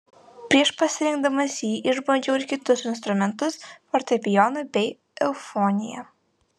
prieš pasirinkdamas jį išbandžiau ir kitus instrumentus fortepijoną bei eufoniją